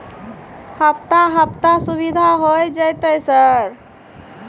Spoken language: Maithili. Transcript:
हफ्ता हफ्ता सुविधा होय जयते सर?